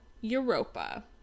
Europa